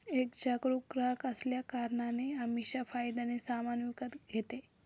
एक जागरूक ग्राहक असल्या कारणाने अमीषा फायद्याने सामान विकत घेते